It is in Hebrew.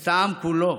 את העם כולו,